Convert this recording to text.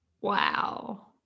Wow